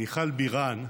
מיכל בירן,